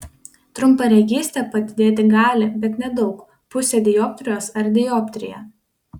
trumparegystė padidėti gali bet nedaug pusę dioptrijos ar dioptriją